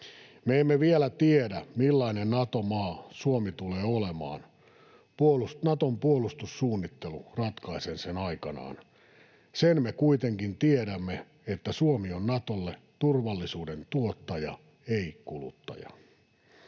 Me emme vielä tiedä, millainen Nato-maa Suomi tulee olemaan — Naton puolustussuunnittelu ratkaisee sen aikanaan. Sen me kuitenkin tiedämme, että Suomi on Natolle turvallisuuden tuottaja, ei kuluttaja.